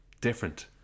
different